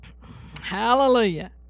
hallelujah